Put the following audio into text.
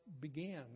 began